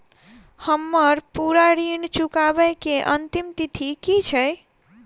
हम्मर पूरा ऋण चुकाबै केँ अंतिम तिथि की छै?